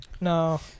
No